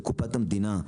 לקופת המדינה,